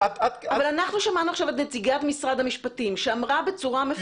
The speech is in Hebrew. אנחנו שמענו עכשיו את נציגת משרד המשפטים שאמרה בצורה מפורשת.